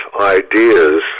ideas